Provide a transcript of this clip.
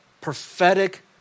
prophetic